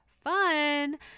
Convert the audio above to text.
fun